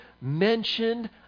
mentioned